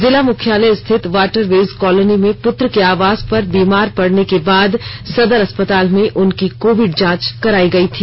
जिला मुख्यालय स्थित वाटरवेज कालोनी में पुत्र के आवास पर बीमार पड़ने के बाद सदर अस्पताल में उनकी कोविड जांच कराई गई थी